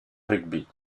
rugby